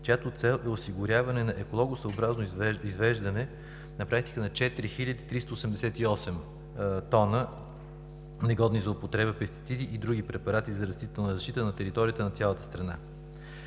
чиято цел е осигуряване на екологосъобразно извеждане на практика на 4388 тона негодни за употреба пестициди и други препарати за растителна защита на територията на цялата страна.